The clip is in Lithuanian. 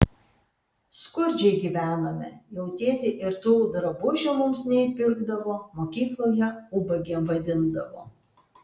skurdžiai gyvenome jau tėtė ir tų drabužių mums neįpirkdavo mokykloje ubagėm vadindavo